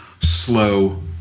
slow